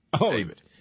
David